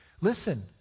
Listen